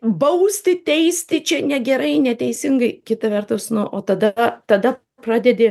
bausti teisti čia negerai neteisingai kita vertus na o tada tada pradedi